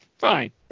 fine